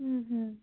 হুম হুম